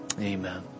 amen